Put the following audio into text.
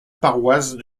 paroisse